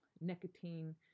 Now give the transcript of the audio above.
nicotine